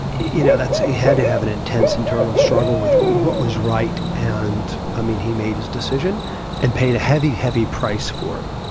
you know, that's. he had to have an intense internal struggle with what was right, and i mean, he made his decision and paid a heavy, heavy price for it.